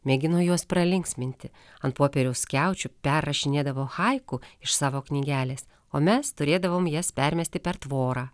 mėgino juos pralinksminti ant popieriaus skiaučių perrašinėdavo haiku iš savo knygelės o mes turėdavom jas permesti per tvorą